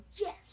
Yes